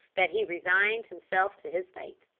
that he resigned himself to his fate.